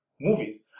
movies